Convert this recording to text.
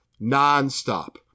nonstop